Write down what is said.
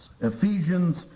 Ephesians